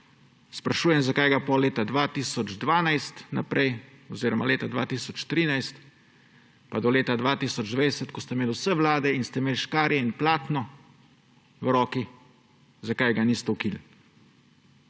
sprašujem, zakaj ga potem od leta 2012 naprej oziroma leta 2013 pa do leta 2020, ko ste imeli vse vlade in ste imeli škarje in platno v roki, zakaj ga niste ukinili.